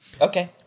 Okay